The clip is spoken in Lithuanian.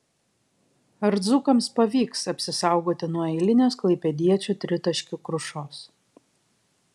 ar dzūkams pavyks apsisaugoti nuo eilinės klaipėdiečių tritaškių krušos